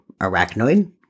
arachnoid